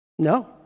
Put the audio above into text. No